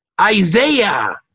Isaiah